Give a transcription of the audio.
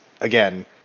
again